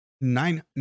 nine